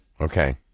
Okay